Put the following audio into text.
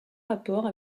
rapports